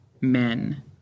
men